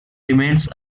remains